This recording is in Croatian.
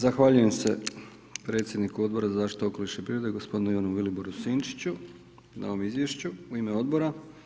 Zahvaljujem se predsjedniku Odbora za zaštitu okoliša i prirode, gospodinu Ivanu Viliboru Sinčiću na ovom Izvješću u ime Odbora.